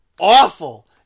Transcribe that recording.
awful